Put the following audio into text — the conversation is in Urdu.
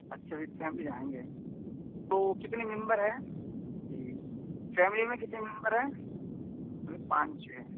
اچھا ود فیملی جائیں گے تو کتنے ممبر ہیں جی فیملی میں کتنے ممبر ہیں پانچ چھ